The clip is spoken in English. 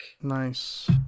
nice